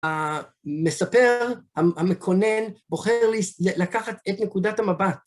המספר, המקונן, בוחר לקחת את נקודת המבט.